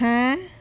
!huh!